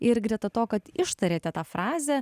ir greta to kad ištarėte tą frazę